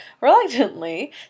reluctantly